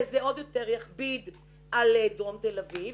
מה שעוד יותר יכביד על דרום תל אביב.